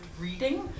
reading